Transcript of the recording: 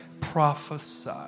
prophesy